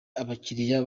abakiriya